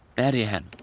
marianne!